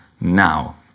Now